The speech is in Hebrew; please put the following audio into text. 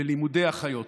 בלימודי אחיות.